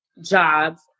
jobs